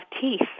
teeth